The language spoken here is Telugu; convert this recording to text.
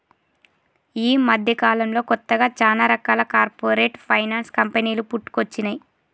యీ మద్దెకాలంలో కొత్తగా చానా రకాల కార్పొరేట్ ఫైనాన్స్ కంపెనీలు పుట్టుకొచ్చినై